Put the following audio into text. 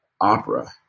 Opera